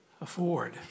afford